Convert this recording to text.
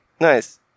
Nice